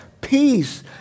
peace